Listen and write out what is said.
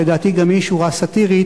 שלדעתי גם היא שורה סאטירית,